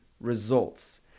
results